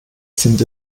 sind